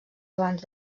abans